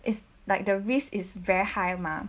it's like the risk is very high ma